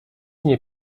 nie